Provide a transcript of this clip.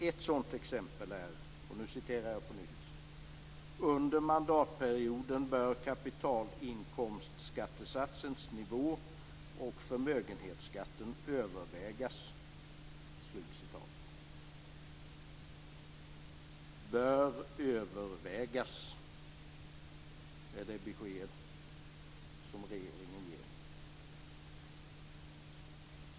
Ett sådant exempel är: "Under mandatperioden bör kapitalinkomstskattesatsens nivå och förmögenhetsskatten övervägas." Bör övervägas, är det besked som regeringen ger.